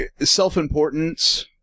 self-importance